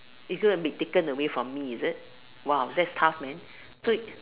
is it going to be taken from me is it !wow! that's tough man